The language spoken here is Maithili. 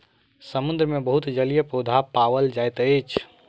समुद्र मे बहुत जलीय पौधा पाओल जाइत अछि